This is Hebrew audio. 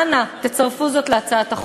אנא, תצרפו זאת להצעת החוק.